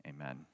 Amen